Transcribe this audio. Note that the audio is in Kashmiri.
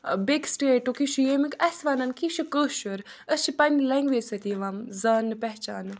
بیٚکہِ سِٹیٹُک یہِ چھُ ییٚمیُک اَسہِ وَنَن کہِ یہِ چھُ کٲشُر أسۍ چھِ پَننہِ لینٛگویج سۭتۍ یِوان زاننہٕ پہچاننہٕ